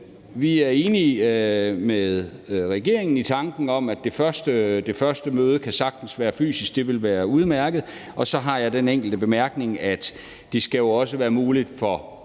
Vi er enige med regeringen i tanken om, at det første møde sagtens kan være fysisk – det vil være udmærket – og så har jeg den enkelte bemærkning, at det jo også skal være muligt for